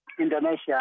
Indonesia